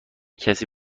کسی